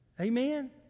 amen